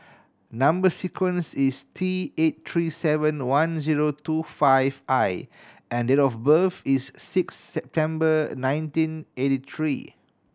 number sequence is T eight three seven one zero two five I and date of birth is six September nineteen eighty three